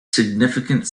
significant